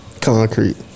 Concrete